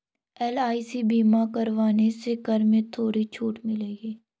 LIC बीमा करवाने से कर में थोड़ी छूट मिलेगी